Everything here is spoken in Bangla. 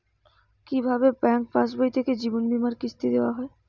কি ভাবে ব্যাঙ্ক পাশবই থেকে জীবনবীমার কিস্তি দেওয়া হয়?